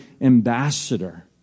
ambassador